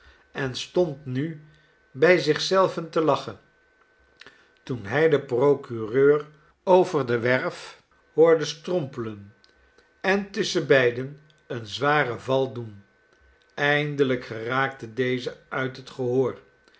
en stond nu bij zich zelven te lachen toen hij den procureur over de werf hoorde strompelen en tusschenbeide een zwaren val doen eindelijk geraakte deze uit het gehoor